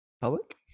Public